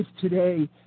today